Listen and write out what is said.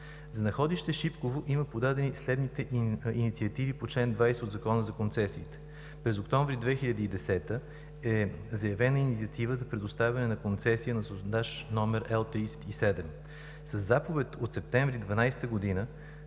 За находище „Шипково“ има подадени следните инициативи по чл. 20 от Закона за концесиите. През октомври 2010 г. е заявена инициатива за предоставяне на концесия на сондаж № Л-37. Със заповед от септември 2012 г. са